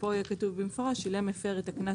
וכאן יהיה כתוב במפורש "שילם מפר את הקנס